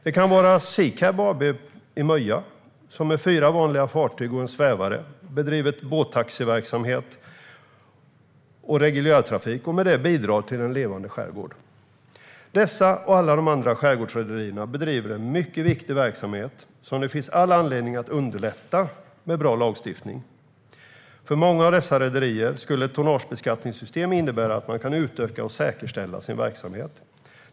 Det kan vara Seacab AB på Möja, som med fyra vanliga fartyg och en svävare bedriver båttaxiverksamhet och reguljärtrafik och med detta bidrar till en levande skärgård. Dessa och alla de andra skärgårdsrederierna bedriver en mycket viktig verksamhet som det finns all anledning att underlätta med bra lagstiftning. För många av dessa rederier skulle ett tonnagebeskattningssystem innebära att de kan utöka och säkerställa sin verksamhet.